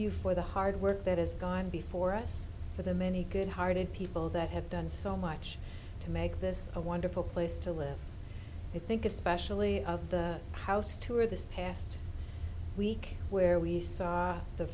you for the hard work that has gone before us for the many good hearted people that have done so much to make this a wonderful place to live i think especially the house to her this past week where we saw the